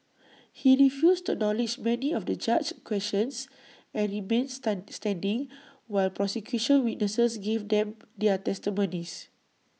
he refused to acknowledge many of the judge's questions and remained standing while prosecution witnesses gave them their testimonies